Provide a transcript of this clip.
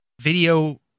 video